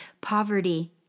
poverty